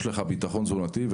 יש לך ביטחון תזונתי.